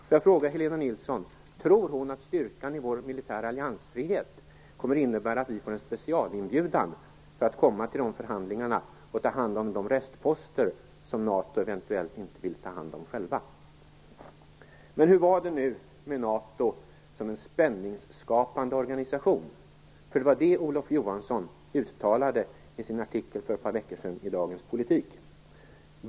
Jag vill fråga: Tror Helena Nilsson att styrkan i vår militära alliansfrihet kommer att innebära att vi får en specialinbjudan att komma till förhandlingarna för att ta hand om de restposter som NATO eventuellt inte vill ta hand om själva? Hur var det nu med NATO som spänningsskapande organisation? Det var det Olof Johansson uttalade i sin artikel för ett par veckor sedan i Dagens Politik.